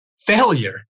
failure